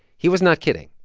he was not kidding.